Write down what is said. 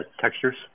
textures